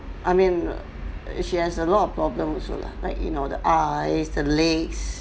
I mean she has a lot of problem also lah like you know the eyes the legs